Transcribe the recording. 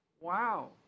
Wow